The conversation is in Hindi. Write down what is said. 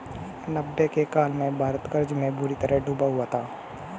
नब्बे के काल में भारत कर्ज में बुरी तरह डूबा हुआ था